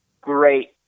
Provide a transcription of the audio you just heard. great